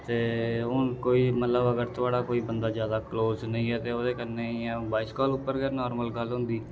ते हून कोई मतलब अगर थुआढ़ा कोई बंदा जादा क्लोज़ नेईं ऐ तां ओह्दे कन्नै इ'यां वायस काल उप्पर गै नार्मल गल्ल होंदी